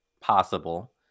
possible